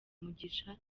umugisha